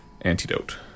Antidote